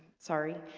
sorry,